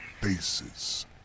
faces